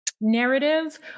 narrative